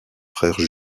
frères